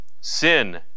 sin